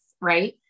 right